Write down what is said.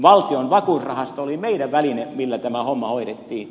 valtion vakuusrahasto oli meidän välineemme millä tämä homma hoidettiin